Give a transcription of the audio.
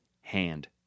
hand